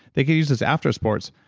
they can use this after sports,